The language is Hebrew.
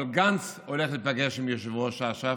אבל גנץ הולך להיפגש עם יושב-ראש אש"ף,